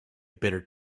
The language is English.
bitter